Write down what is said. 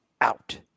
out